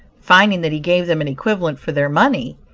finding that he gave them an equivalent for their money,